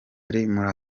muri